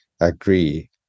agree